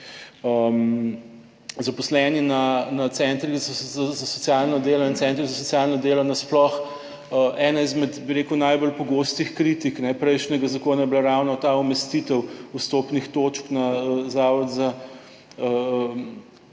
Zaposleni na centrih za socialno delo in centrih za socialno delo nasploh. Ena izmed, bi rekel, najbolj pogostih kritik prejšnjega zakona je bila ravno ta umestitev vstopnih točk na Zavod za